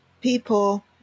people